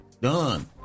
Done